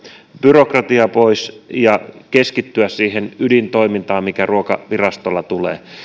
byrokratiaa pois ja keskittyä siihen ydintoimintaan mikä ruokavirastolla tulee